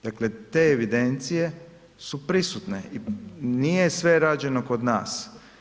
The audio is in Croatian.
Dakle te evidencije su prisutne i nije sve rađeno kod nas.